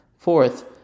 Fourth